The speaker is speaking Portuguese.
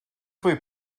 foi